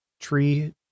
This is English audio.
tree